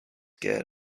get